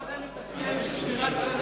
המושב הקודם התאפיין בשבירת כללי